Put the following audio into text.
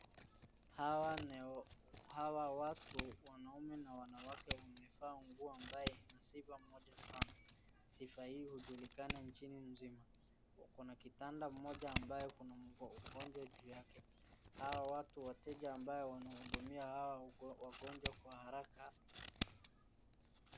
Hawa ni, hawa watu wanaume na wanawake wamevaa nguo ambaye ina sifa moja sana. Sifa hii hujulikana nchini mzima wako na kitanda moja ambaye kuna mgonjwa juu yake. Hawa wateja wanahudumia hawa wagonjwa kwa haraka.